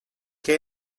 què